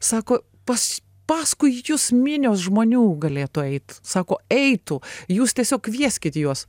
sako pas paskui jus minios žmonių galėtų eit sako eitų jūs tiesiog kvieskit juos